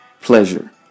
pleasure